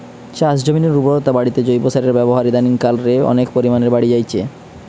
চাষজমিনের উর্বরতা বাড়িতে জৈব সারের ব্যাবহার ইদানিং কাল রে অনেক পরিমাণে বাড়ি জাইচে